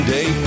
Day